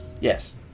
yes